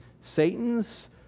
Satan's